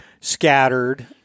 scattered